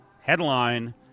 headline